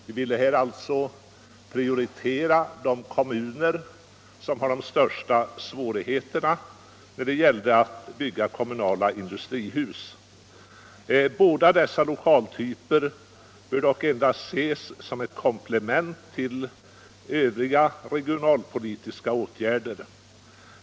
Vi ville alltså prioritera de kommuner som har de största svårigheterna att bygga kommunala industrihus. Båda dessa lokaltyper är dock endast att ses som komplement till övriga regionalpolitiska insatser.